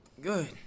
Good